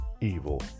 evil